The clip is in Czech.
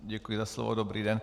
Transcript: Děkuji za slovo, dobrý den.